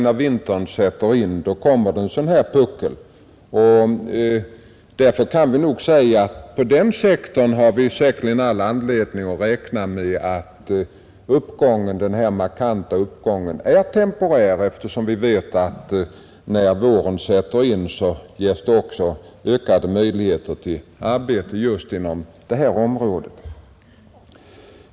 När vintern sätter in, uppstår en puckel i arbetslöshetsstatistiken. Vi kan nog räkna med att den markanta uppgången är temporär. Vi vet att när våren kommer ges det också ökade möjligheter till arbete just inom detta område.